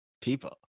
people